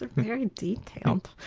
very detailed.